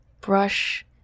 Brush